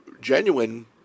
genuine